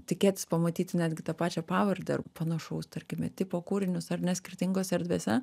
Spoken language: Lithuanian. tikėtis pamatyti netgi tą pačią pavardę ar panašaus tarkime tipo kūrinius ar ne skirtingose erdvėse